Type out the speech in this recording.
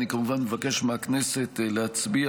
אני כמובן מבקש מהכנסת הנכבדה להצביע